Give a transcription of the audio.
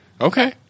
Okay